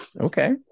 Okay